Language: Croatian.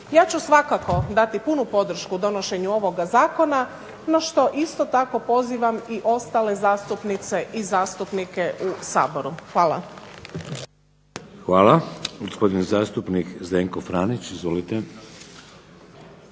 Ja ću svakako dati punu podršku donošenju ovoga zakona, na što isto tako pozivam i ostale zastupnice i zastupnike u Saboru. Hvala. **Šeks, Vladimir (HDZ)** Hvala. Gospodin zastupnik Zdenko Franić. Izvolite.